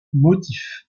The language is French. motifs